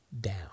down